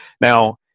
Now